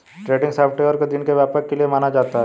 trending software को दिन के व्यापार के लिये जाना जाता है